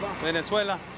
Venezuela